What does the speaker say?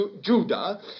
Judah